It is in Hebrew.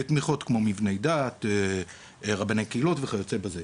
בתמיכות כמו מבני דת, רבני קהילות וכיוצא בזה.